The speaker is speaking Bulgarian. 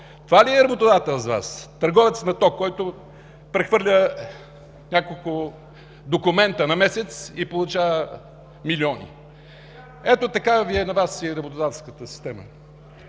Това ли е работодател за Вас? Търговец на ток, който прехвърля няколко документа на месец и получава милиони? Ето такава Ви е на Вас работодателската система.